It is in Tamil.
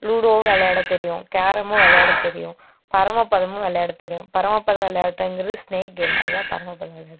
லூடோவும் விளையாடத் தெரியும் கேரமும் விளையாடத் தெரியும் பரமபதமும் விளையாடத் தெரியும் பரமபத விளையாட்டுங்கின்றது ஸ்நேக் கேம் அதுதான் பரமபதம் விளையாட்டு